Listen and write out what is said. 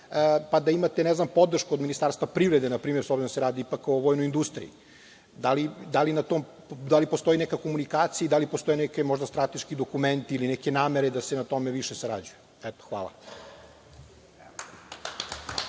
pa da imate, ne znam, podršku od Ministarstva privrede s obzirom da se radi o vojnoj industriji? Da li postoji neka komunikacija, da li postoje neki možda strateški dokumenti ili namere da se na tome više sarađuje? Hvala.